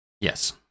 Yes